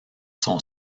son